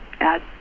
add